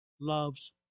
loves